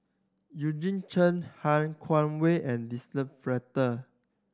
Eugene Chen Han Guangwei and Denise Fletcher